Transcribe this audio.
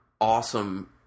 awesome